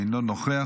אינו נוכח,